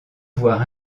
voir